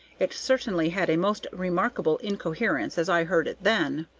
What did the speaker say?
it certainly had a most remarkable incoherence as i heard it then.